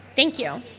thank you.